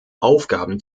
aufgaben